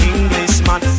Englishman